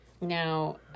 Now